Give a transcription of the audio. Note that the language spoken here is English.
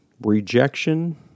Rejection